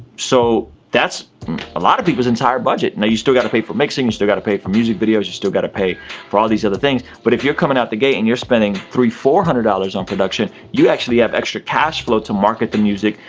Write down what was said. so that's a lot of people's entire budget. now you still got to pay for mixing, you still got to pay for music videos, you still got to pay for all these other things but if you're coming out the gate and you're spending three, four hundred dollars on production, you actually have extra cash flow to market the music,